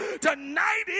Tonight